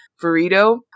burrito